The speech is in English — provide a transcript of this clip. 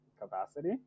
capacity